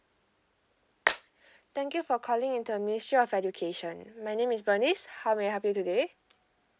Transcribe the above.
thank you for calling into the ministry of education my name is bernice how may I help you today